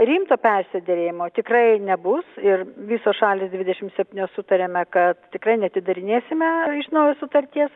rimto persiderėjimo tikrai nebus ir visos šalys dvidešim septynios sutarėme kad tikrai neatidarinėsime iš naujo sutarties